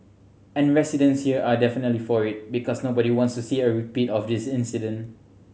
and residents here are definitely for it because nobody wants to see a repeat of this incident